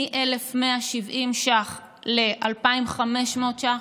מ-1,170 ש"ח ל-2,500 ש"ח,